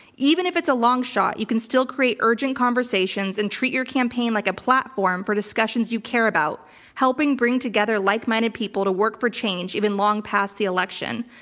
even if it's a long shot, you can still create urgent conversations and treat your campaign like a platform for discussions you care about helping bring together like-minded people to work for change even long past the election.